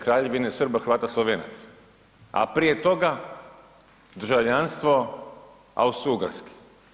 Kraljevine Srba, Hrvata, Slovenaca, a prije toga državljanstvo Austro-Ugarske.